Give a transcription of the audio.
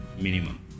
Minimum